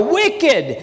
wicked